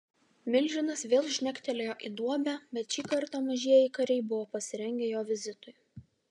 milžinas vėl žnektelėjo į duobę bet šį kartą mažieji kariai buvo pasirengę jo vizitui